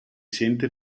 sente